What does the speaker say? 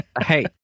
Hey